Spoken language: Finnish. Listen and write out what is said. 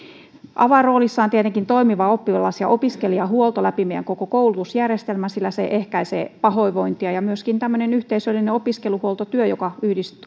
avainroolissa on tietenkin toimiva oppilas ja opiskelijahuolto läpi meidän koko koulutusjärjestelmän sillä se ehkäisee pahoinvointia ja myöskin tämmöinen yhteisöllinen opiskeluhuoltotyö joka